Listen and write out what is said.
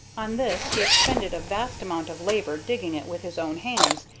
on this he expended a vast amount of labor, digging it with his own hands,